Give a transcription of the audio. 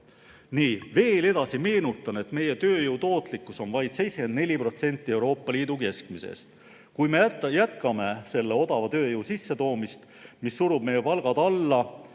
Ma tuletan meelde, et meie tööjõu tootlikkus on vaid 74% Euroopa Liidu keskmisest. Kui me jätkame odava tööjõu sissetoomist, mis surub meie palgad alla,